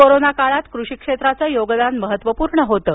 corona काळात कृषी क्षेत्राचे योगदान महत्त्वपूर्ण होतं